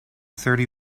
thirty